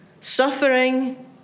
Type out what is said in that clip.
Suffering